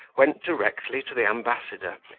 went directly to the ambassador,